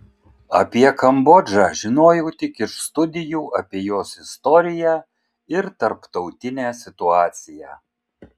apie kambodžą žinojau tik iš studijų apie jos istoriją ir tarptautinę situaciją